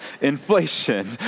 inflation